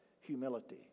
humility